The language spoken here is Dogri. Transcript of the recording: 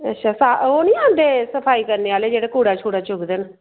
अच्छा सा ओह् नि आंदे सफाई करने आह्ले जेह्ड़े कूड़ा शुड़ा चुकदे न